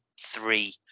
three